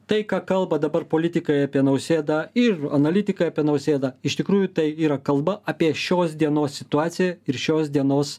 tai ką kalba dabar politikai apie nausėdą ir analitikai apie nausėdą iš tikrųjų tai yra kalba apie šios dienos situaciją ir šios dienos